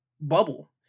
bubble